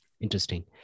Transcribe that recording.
Interesting